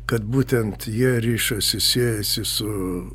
kad būtent jie rišasi siejasi su